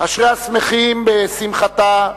אשרי השמחים בשמחתה,